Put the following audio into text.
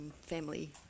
family